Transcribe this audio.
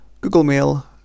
Googlemail